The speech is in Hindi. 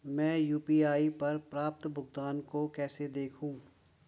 मैं यू.पी.आई पर प्राप्त भुगतान को कैसे देखूं?